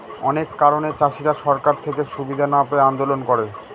অনেক কারণে চাষীরা সরকার থেকে সুবিধা না পেয়ে আন্দোলন করে